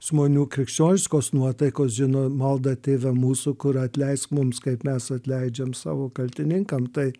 žmonių krikščioniškos nuotaikos žino maldą tėve mūsų kur atleisk mums kaip mes atleidžiam savo kaltininkam tai